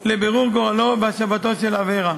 לבירור גורלו והשבתו של אברה.